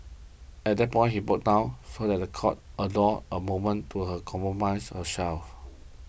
at that point he broke down so that the court a door a moment to her compromise herself